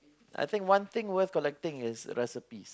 I think one thing worth collecting is recipes